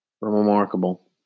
Remarkable